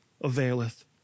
availeth